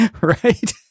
right